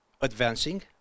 advancing